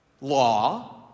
law